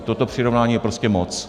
Toto přirovnání je prostě moc.